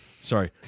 Sorry